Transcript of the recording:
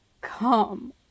come